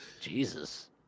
Jesus